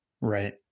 Right